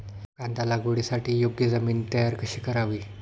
कांदा लागवडीसाठी योग्य जमीन तयार कशी करावी?